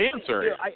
answer